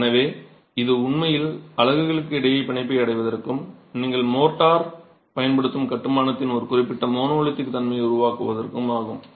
எனவே இது உண்மையில் அலகுகளுக்கு இடையே பிணைப்பை அடைவதற்கும் நீங்கள் மோர்டார் பயன்படுத்தும் கட்டுமானத்தின் ஒரு குறிப்பிட்ட மோனோலிதிக் தன்மையை உருவாக்குவதற்கும் ஆகும்